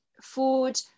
food